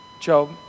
Job